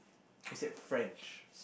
I said French